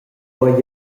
duei